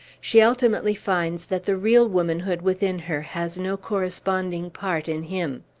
she ultimately finds that the real womanhood within her has no corresponding part in him.